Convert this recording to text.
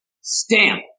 Stamp